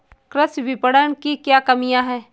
कृषि विपणन की क्या कमियाँ हैं?